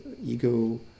ego